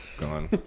gone